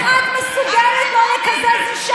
איפה עאידה תומא סלימאן,